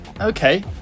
Okay